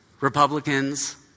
Republicans